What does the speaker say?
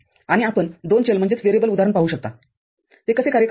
आणि आपण दोन चल उदाहरण पाहू शकता ते कसे कार्य करते